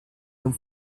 non